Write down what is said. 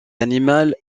animal